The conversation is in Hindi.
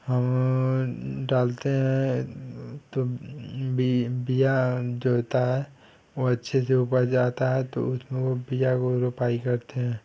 डालते हैं तब बीआ डलता है वह अच्छे से वह पड़ जाता है तो उसमें वह बीआ की रोपाई करते हैं